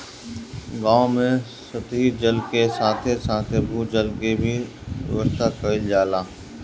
गांव में सतही जल के साथे साथे भू जल के भी व्यवस्था कईल जात हवे